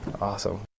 Awesome